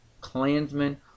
Klansmen